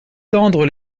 tendre